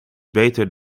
beter